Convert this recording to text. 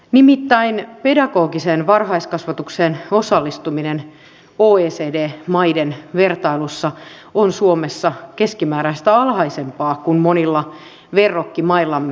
nimittäin pedagogiseen varhaiskasvatukseen osallistuminen oecd maiden vertailussa on suomessa keskimääräistä alhaisempaa kuin monilla verrokkimaillamme